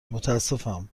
متاسفم